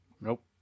Nope